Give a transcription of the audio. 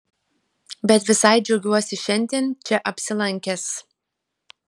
bet visai džiaugiuosi šiandien čia apsilankęs